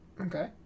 Okay